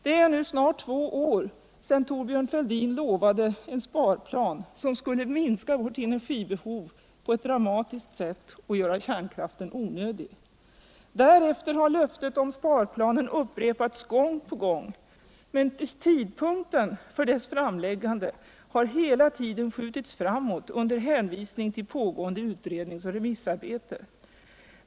Det är nu snart två år sedan Thorbjörn Fälldin lovade en sparplan som skulle minska vårt energibehov på ett dramatiskt sätt och göra kärnkraften onödig. Därefter har löftet om sparplanen upprepats gång på gång — men tidpunkten för dess framläggande har hela tiden skjutits framåt under hänvisning till pågående utrednings och remissarbete.